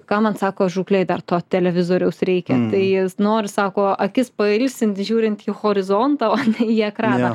kam man sako žūklėj dar to televizoriaus reikia tai noriu sako akis pailsint žiūrint į horizontą o ne į ekraną